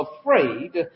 afraid